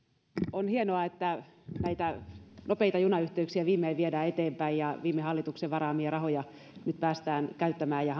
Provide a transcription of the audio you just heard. on hienoa että näitä nopeita junayhteyksiä viimein viedään eteenpäin ja viime hallituksen varaamia rahoja nyt päästään käyttämään ja